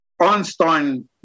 Einstein